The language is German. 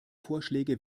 vorschläge